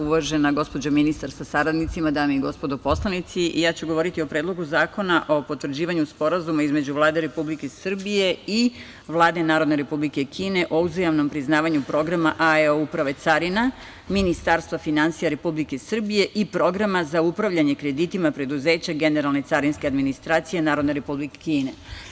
Uvažena gospođo ministar sa saradnicima, dame i gospodo poslanici, ja ću govoriti o Predlogu zakona o potvrđivanju Sporazuma između Vlade Republike Srbije i Vlade Narodne Republike Kine o uzajamnom priznavanju Programa AEO Uprave carina Ministarstva finansija Republike Srbije i Programa za upravljanje kreditima preduzeća Generalne carinske administracije Narodne Republike Kine.